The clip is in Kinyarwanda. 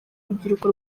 urubyiruko